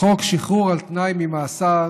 חוק שחרור על תנאי ממאסר,